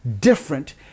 different